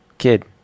Kid